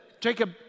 Jacob